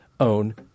own